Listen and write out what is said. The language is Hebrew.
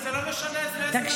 וזה לא משנה --- ממשלה --- תקשיב,